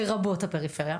לרבות הפריפריה.